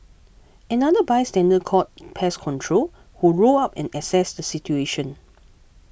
another bystander called pest control who rolled up and assessed the situation